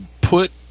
put